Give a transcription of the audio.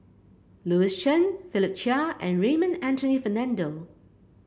Louis Chen Philip Chia and Raymond Anthony Fernando